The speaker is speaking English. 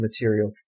material